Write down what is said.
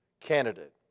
candidate